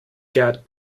got